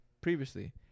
previously